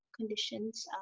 conditions